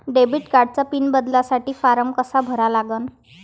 Debit कार्डचा PIN बदलासाठी form कसा भरा लागन?